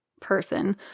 person